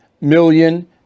million